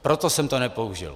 Proto jsem to nepoužil.